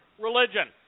religion